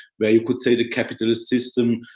where you could say the capitalist system